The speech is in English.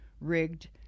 Rigged